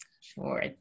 Sure